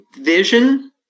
vision